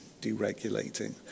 deregulating